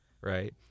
right